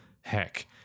Heck